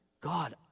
God